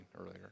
earlier